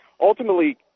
Ultimately